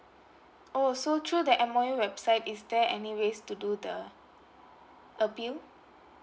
oh so through the M_O_E website is there any ways to do the appeal